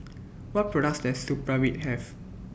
What products Does Supravit Have